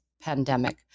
pandemic